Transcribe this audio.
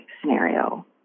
scenario